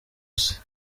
isi